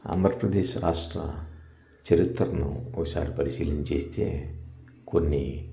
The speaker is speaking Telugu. ఆంధ్రప్రదేశ్ రాష్ట్ర చరిత్రను ఒకసారి పరిశీలన చేస్తే కొన్ని